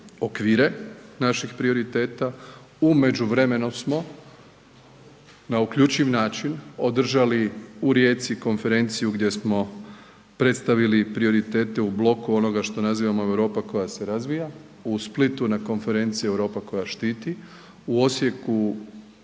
okvire naših prioriteta, u međuvremenu smo na uključiv način održali u Rijeci konferenciju gdje smo predstavili prioritete u bloku onoga što nazivamo Europa koja se razvija, u Splitu na konferenciji Europa koja štiti, u Osijeku